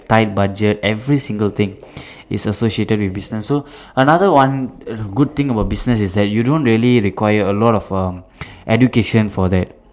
tight budget every single thing is associated with business so another one good thing about business is that you don't really require a lot of um education for that